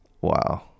wow